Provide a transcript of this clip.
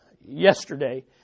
Yesterday